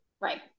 Right